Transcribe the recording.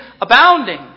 abounding